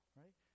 right